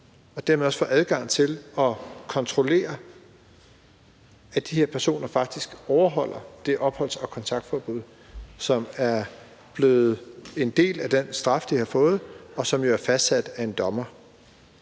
og dermed også får mulighed for at kontrollere, at de her personer faktisk overholder det opholds- og kontaktforbud, som er blevet en del af den straf, de har fået, og som jo er fastsat af en dommer.